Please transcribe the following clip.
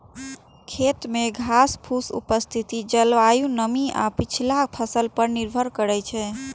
खेत मे घासफूसक उपस्थिति जलवायु, नमी आ पछिला फसल पर निर्भर करै छै